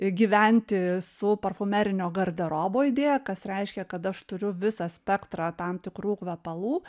gyventi su parfumerinio garderobo idėja kas reiškia kad aš turiu visą spektrą tam tikrų kvepalų